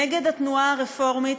נגד התנועה הרפורמית.